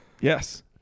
Yes